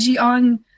on